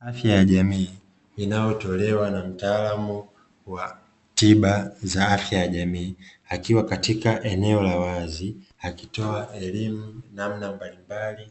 Afya ya jamii inayotolewa na mtaalamu wa tiba za afya ya jamii, akiwa katika eneo la wazi, akitoa elimu ya namna mbalimbali